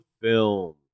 film